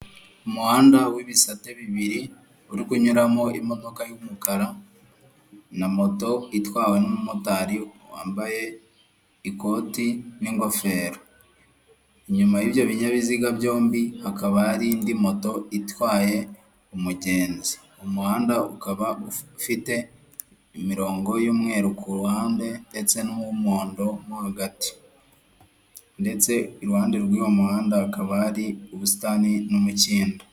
Umuhanda w'ibisate bibiri uri kunyuramo imodoka y'umukara, na moto itwawe n'umumotari wambaye ikoti n'ingofero, inyuma y'ibyo binyabiziga byombi hakaba hari indi moto itwaye umugenzi; umuhanda ukaba ufite imirongo y'umweru ku ruhande ndetse n'umuhondo mo hagati, ndetse iruhande rw'uwo muhanda akaba ari ubusitani n'umukindo